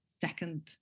second